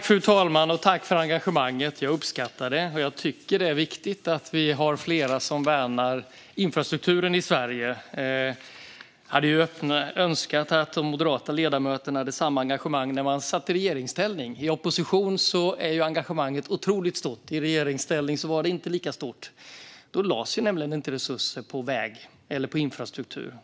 Fru talman! Jag tackar för engagemanget. Jag uppskattar det, och jag tycker att det är viktigt att vi har flera som värnar infrastrukturen i Sverige. Jag hade önskat att de moderata ledamöterna hade haft samma engagemang när man satt i regeringsställning. I opposition är engagemanget otroligt stort. I regeringsställning var det inte lika stort. Då lades det nämligen inte resurser på väg eller på infrastruktur.